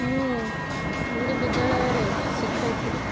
ମୁଁ ଗୋଟେ ବିଦ୍ୟାଳୟରେ ଶିକ୍ଷୟତ୍ରୀ